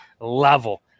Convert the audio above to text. level